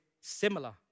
similar